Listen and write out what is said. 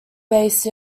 based